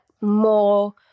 more